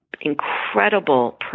incredible